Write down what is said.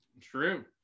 True